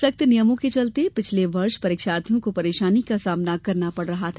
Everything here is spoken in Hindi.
सख्त नियमों में चलते पिछले वर्ष परीक्षार्थियों को परेशानी का सामना करना पड़ रहा था